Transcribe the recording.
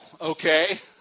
okay